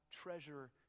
treasure